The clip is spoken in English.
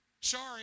Sorry